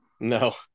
No